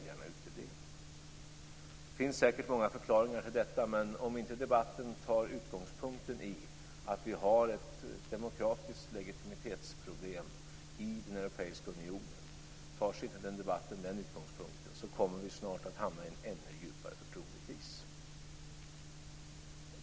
Det finns säkert många förklaringar till detta, men om debatten inte tar utgångspunkten i att vi har ett demokratiskt legitimitetsproblem i den europeiska unionen kommer vi snart att hamna i en ännu djupare förtroendekris.